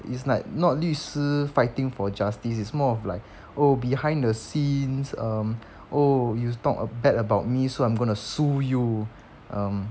it's like not 律师 fighting for justice it's more of like oh behind the scenes um oh you talk bad about me so I'm going to sue you